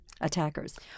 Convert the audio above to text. attackers